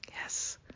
Yes